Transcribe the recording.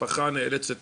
המשפחה נאלצת